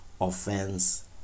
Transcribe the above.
offense